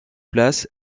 place